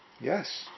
Yes